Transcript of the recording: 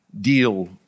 deal